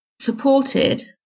supported